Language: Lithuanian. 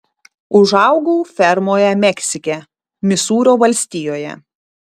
užaugau fermoje meksike misūrio valstijoje